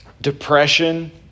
depression